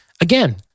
Again